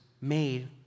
made